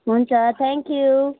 हुन्छ thank you